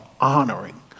honoring